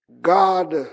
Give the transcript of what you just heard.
God